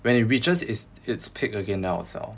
when it reaches it's it's peak again then 我再 sell